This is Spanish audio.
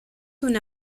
una